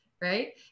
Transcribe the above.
right